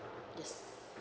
yes